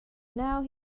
now